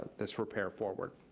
this repair forward.